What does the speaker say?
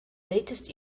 latest